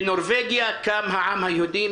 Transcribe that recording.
בנורווגיה קם העם היהודי,